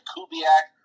Kubiak